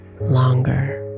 longer